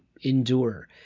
endure